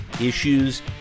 issues